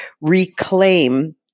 reclaim